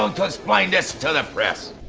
um to explain this to the press,